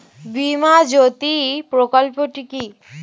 বীমা জ্যোতি প্রকল্পটি কি?